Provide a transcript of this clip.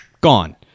gone